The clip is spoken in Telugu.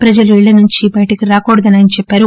ప్రజలు ఇళ్ల నుంచి బయటకి రాకూడదని ఆయన చెప్పారు